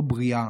לא בריאה,